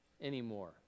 anymore